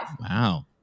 Wow